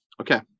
Okay